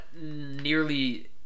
nearly